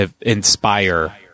inspire